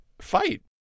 fight